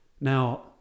Now